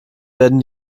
werden